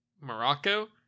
Morocco